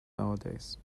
nowadays